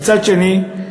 מצד שני,